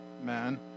man